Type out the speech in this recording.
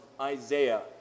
Isaiah